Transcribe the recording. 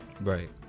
right